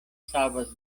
savas